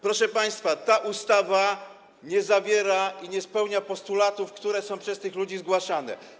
Proszę państwa, ta ustawa nie zawiera... nie spełnia postulatów, które są przez tych ludzi zgłaszane.